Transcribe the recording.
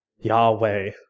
Yahweh